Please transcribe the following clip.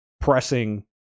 pressing